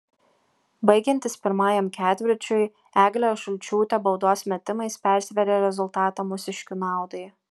baigiantis pirmajam ketvirčiui eglė šulčiūtė baudos metimais persvėrė rezultatą mūsiškių naudai